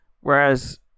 Whereas